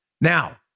Now